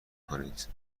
کنید